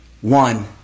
One